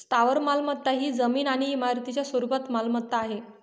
स्थावर मालमत्ता ही जमीन आणि इमारतींच्या स्वरूपात मालमत्ता आहे